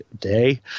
day